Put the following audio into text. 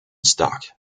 stock